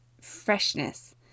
freshness